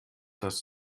das